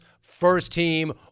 first-team